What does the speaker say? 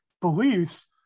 beliefs